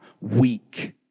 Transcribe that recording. weak